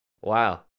wow